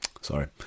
Sorry